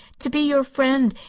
to be your friend,